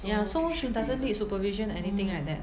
ya so she doesn't need supervision anything like that